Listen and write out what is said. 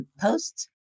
posts